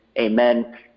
amen